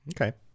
Okay